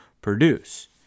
produce